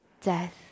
death